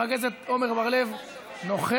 חבר הכנסת עמר בר-לב נוכח